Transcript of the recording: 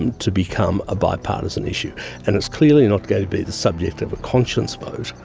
and to become a bipartisan issue and it's clearly not going to be the subject of a conscience vote.